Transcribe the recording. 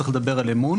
צריך לדבר על אמון.